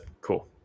cool